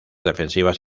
defensivas